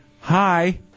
hi